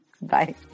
Bye